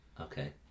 Okay